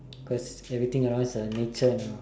cause everything around is nature now